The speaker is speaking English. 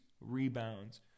rebounds